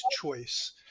choice